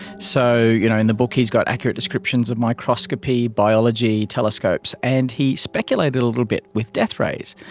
so you know in the book he's got accurate descriptions of microscopy, biology, telescopes. and he speculated a little bit with death rays.